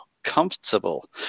comfortable